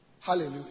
Hallelujah